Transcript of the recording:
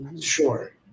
Sure